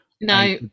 No